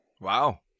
Wow